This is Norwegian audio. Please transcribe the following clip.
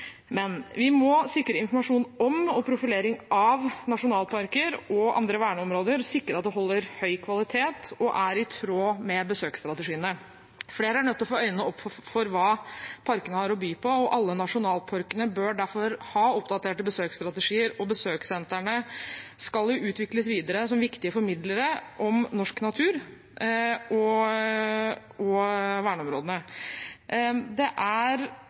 Men vi må sikre informasjon om og profilering av nasjonalparker og andre verneområder, sikre at den holder høy kvalitet og er i tråd med besøksstrategiene. Flere er nødt til å få øynene opp for hva parkene har å by på. Alle nasjonalparkene bør derfor ha oppdaterte besøksstrategier, og besøkssentrene skal utvikles videre som viktige formidlere av norsk natur og verneområdene. Det som er